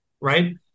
right